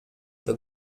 the